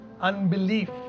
unbelief